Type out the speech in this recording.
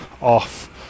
off